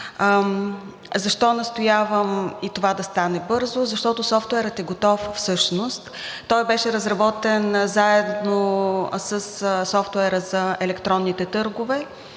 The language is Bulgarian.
Защо настоявам това да стане бързо, защото софтуерът всъщност е готов. Той беше разработен заедно със софтуера за електронните търгове